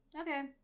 okay